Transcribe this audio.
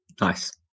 Nice